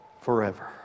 forever